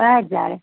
ॾह हज़ार